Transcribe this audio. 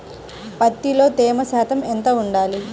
పత్తిలో తేమ శాతం ఎంత ఉండాలి?